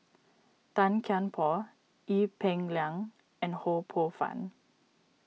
Tan Kian Por Ee Peng Liang and Ho Poh Fun